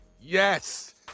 Yes